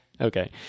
Okay